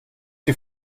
die